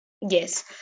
Yes